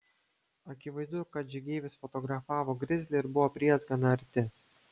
akivaizdu kad žygeivis fotografavo grizlį ir buvo priėjęs gana arti